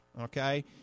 okay